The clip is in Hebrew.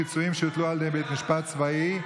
פיצויים שהוטלו על ידי בית משפט צבאי).